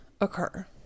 occur